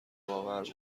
باور